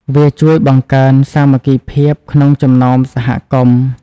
វាជួយបង្កើនសាមគ្គីភាពក្នុងចំណោមសហគមន៍។